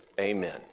amen